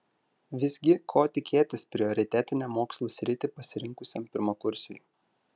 visgi ko tikėtis prioritetinę mokslų sritį pasirinkusiam pirmakursiui